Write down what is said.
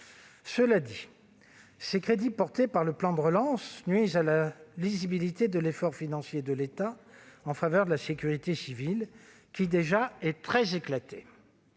Cela étant, ces crédits portés par le plan de relance nuisent à la lisibilité de l'effort financier de l'État en faveur de la sécurité civile, effort qui est déjà très éclaté.